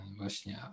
właśnie